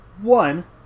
One